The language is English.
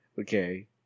Okay